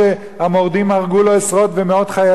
שהמורדים הרגו לו עשרות ומאות חיילים.